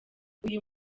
uyu